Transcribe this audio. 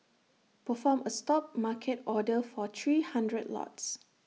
perform A stop market order for three hundred lots